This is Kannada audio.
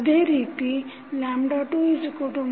ಅದೇ ರೀತಿ 2 1